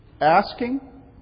asking